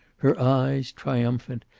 her eyes, triumphant,